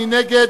מי נגד?